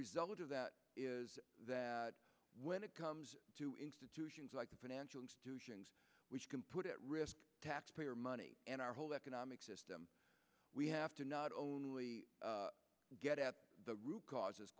result of that is that when it comes to institutions like the financial which can put at risk taxpayer money in our whole economic system we have to not only get at the root cause